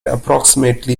approximately